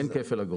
אין כפל אגרות.